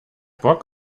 bock